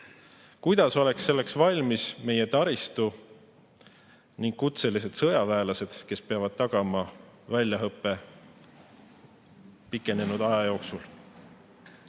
Kuidas oleks selleks valmis meie taristu ning kutselised sõjaväelased, kes peavad tagama väljaõppe pikenenud aja jooksul?